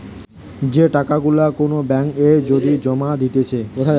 যে টাকা গুলা কোন ব্যাঙ্ক এ যদি জমা দিতেছে